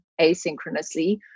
asynchronously